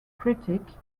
critic